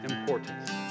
importance